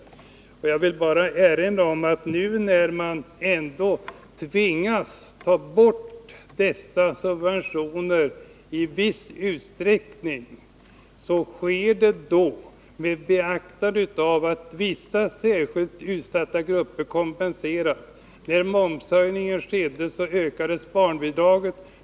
När man nu i viss utsträckning tvingas ta bort desssa subventioner sker det med beaktande av att vissa särskilt utsatta grupper kompenseras. När momshöjningen skedde ökades barnbidraget.